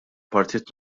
partit